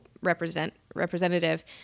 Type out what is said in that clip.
representative